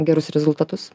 gerus rezultatus